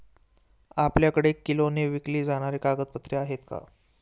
आपल्याकडे किलोने विकली जाणारी कागदपत्रे आहेत का?